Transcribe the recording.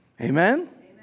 Amen